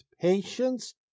patience